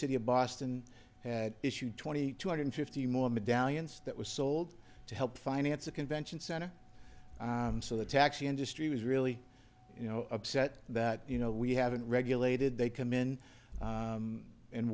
city of boston had issued twenty two hundred fifty more medallions that was sold to help finance the convention center so the taxi industry was really you know upset that you know we haven't regulated they come in